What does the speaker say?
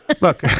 look